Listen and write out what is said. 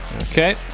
Okay